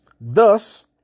thus